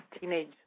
teenage